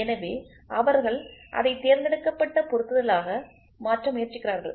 எனவே அவர்கள் அதை தேர்ந்தெடுக்கப்பட்ட பொருத்துதலாக மாற்ற முயற்சிக்கிறார்கள்